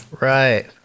Right